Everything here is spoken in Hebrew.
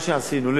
מה שעשינו,